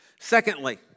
Secondly